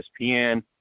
ESPN